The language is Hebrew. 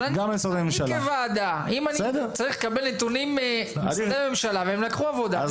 אבל אני כוועדה אם אני צריך לקבל נתונים ממשרדי ממשלה והם לקחו עבודה,